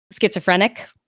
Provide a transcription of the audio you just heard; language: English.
schizophrenic